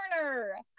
corner